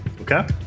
Okay